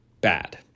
bad